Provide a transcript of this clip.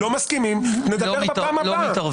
לא מסכימים - נדבר בפעם הבאה.